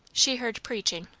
she heard preaching,